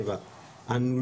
אגב,